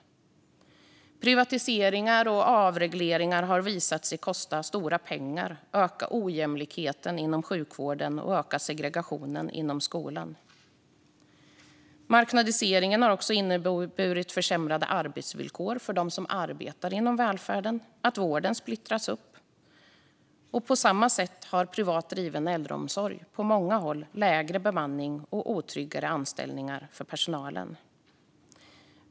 Privatiseringar och avregleringar har visat sig kosta stora pengar, öka ojämlikheten inom sjukvården och öka segregationen inom skolan. Marknadiseringen har också inneburit försämrade arbetsvillkor för dem som arbetar inom välfärden och att vården splittras. På samma sätt har privat driven äldreomsorg på många håll lägre bemanning och otrygga anställningsformer för personalen.